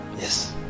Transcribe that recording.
yes